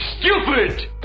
stupid